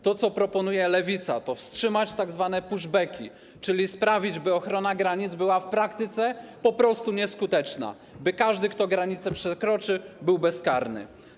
To, co proponuje Lewica, to wstrzymanie tzw. pushbacków, czyli sprawienie, by ochrona granic była w praktyce po prostu nieskuteczna, by każdy, kto granicę przekroczy, był bezkarny.